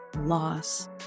loss